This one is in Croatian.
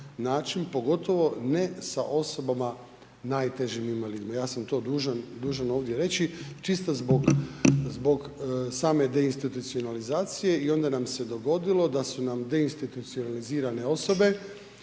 način pogotovo ne sa osobama, najtežim invalidima, ja sam to dužan ovdje reći čisto zbog same deinstitucionalizacije i onda nam se dogodilo da su nam deinstitucionalizirane osobe